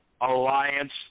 alliance